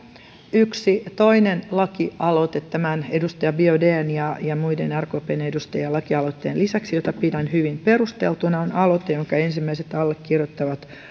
yksi toinen lakialoite tämän edustaja biaudetn ja ja muiden rkpn edustajien laki aloitteen lisäksi jota pidän hyvin perusteltuna on aloite ensimmäiset allekirjoittajat